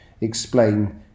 explain